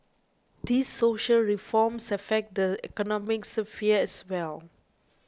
these social reforms affect the economic sphere as well